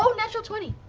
um natural twenty!